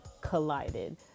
collided